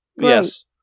Yes